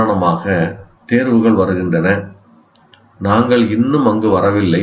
உதாரணமாக தேர்வுகள் வருகின்றன நாங்கள் இன்னும் அங்கு வரவில்லை